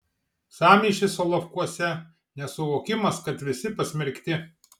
sąmyšis solovkuose nesuvokimas kad visi pasmerkti